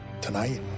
Tonight